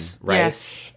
Right